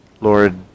Lord